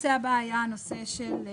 הנושא הבא היה הנושא של השיעור,